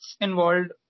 involved